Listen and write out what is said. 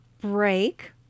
break